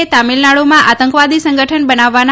એ તમીલનાડુમાં આતંકવાદી સંગઠન બનાવવાના